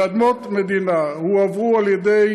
זה אדמות מדינה, הועברו על-ידי